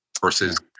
versus